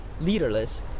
leaderless